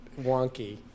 wonky